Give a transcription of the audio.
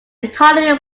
entirely